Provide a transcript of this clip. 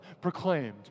proclaimed